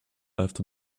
after